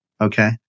Okay